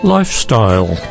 Lifestyle